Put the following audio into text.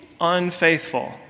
unfaithful